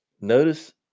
Notice